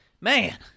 man